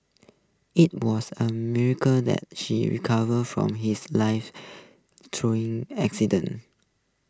IT was A miracle that she recovered from his life threatening accident